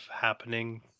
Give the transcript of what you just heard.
happening